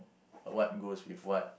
what goes with what